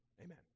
Amen